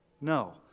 No